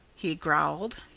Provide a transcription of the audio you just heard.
he growled.